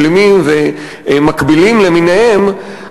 משלימים ומקבילים למיניהם,